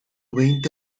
veinte